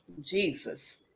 Jesus